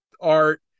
Art